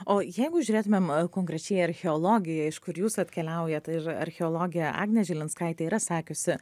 o jeigu žiūrėtumėm konkrečiai archeologija iš kur jūs atkeliaujat ir archeologė agnė žilinskaitė yra sakiusi